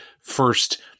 first